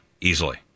easily